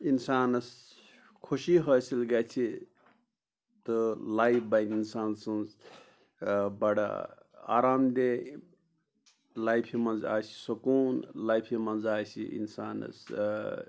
اِنسانَس خوشی حٲصِل گژھِ تہٕ لایف بَنہِ اِنسان سٕنٛز بَڑٕ آرام دیٚہ لایفہِ منٛز آسہِ سکوٗن لایفہِ منٛز آسہِ اِنسانَس